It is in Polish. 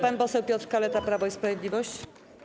Pan poseł Piotr Kaleta, Prawo i Sprawiedliwość.